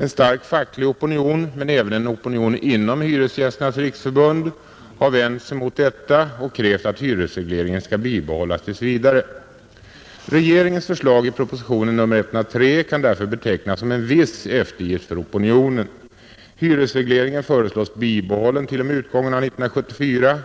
En stark facklig opinion men även en opinion inom Hyresgästernas riksförbund har vänt sig mot detta och krävt att hyresregleringen skall bibehållas tills vidare. Regeringens förslag i propositionen 103 kan därför betecknas som en viss eftergift för opinionen. Hyresregleringen föreslås bibehållen t.o.m. utgången av 1974.